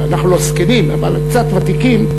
אנחנו לא זקנים אבל קצת ותיקים,